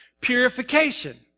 purification